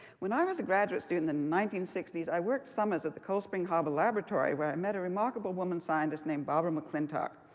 when i was a graduate student in the nineteen sixty s, i worked summers at the cold spring harbor laboratory, where i met a remarkable woman scientist named barbara mcclintock.